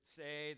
say